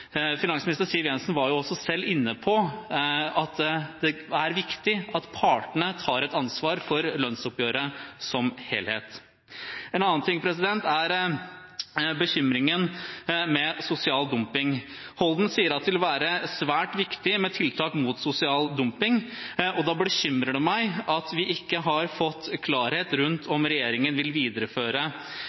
Finansminister Siv Jensen var jo også selv inne på at det er viktig at partene tar et ansvar for lønnsoppgjøret som helhet. En annen ting er bekymringen for sosial dumping. Holden sier at det vil være svært viktig med tiltak mot sosial dumping, og da bekymrer det meg at vi ikke har fått klarhet i om regjeringen vil videreføre